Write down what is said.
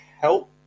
help